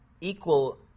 equal